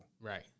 Right